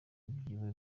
vyiwe